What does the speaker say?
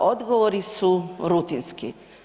A odgovori su rutinski.